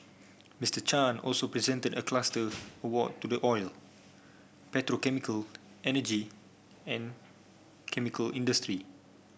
Mister Chan also presented a cluster award to the oil petrochemical energy and chemical industry